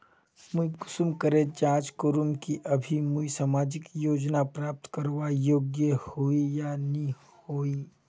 मुई कुंसम करे जाँच करूम की अभी मुई सामाजिक योजना प्राप्त करवार योग्य होई या नी होई?